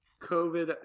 COVID